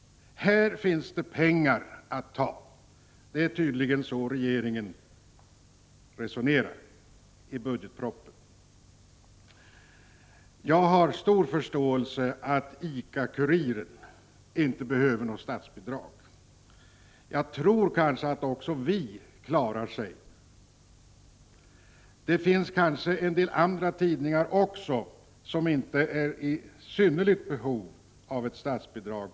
Här finns det pengar att hämta. Ja, det är tydligen så regeringen resonerar — att döma av budgetpropositionen. Jag har stor förståelse för att ICA-Kuriren inte behöver något statsbidrag och jag tror att även tidningen Vi klarar sig utan sådana. Kanske finns det också en del andra tidningar som inte är i synnerligt behov av statsbidrag.